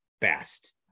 best